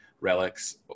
relics